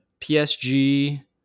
PSG